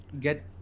get